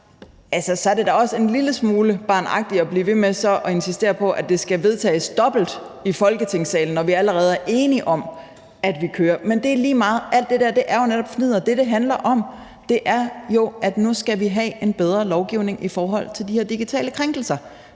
er det da også en lille smule barnagtigt at blive ved med at insistere på, at det skal vedtages dobbelt i Folketingssalen, når vi allerede er enige om, at vi kører. Men det er lige meget, for alt det der er jo netop fnidder. Det, det handler om, er jo, at vi skal have en bedre lovgivning i forhold til de her digitale krænkelser.